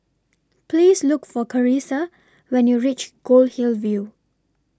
Please Look For Charissa when YOU REACH Goldhill View